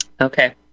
Okay